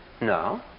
No